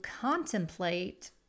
contemplate